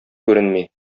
күренми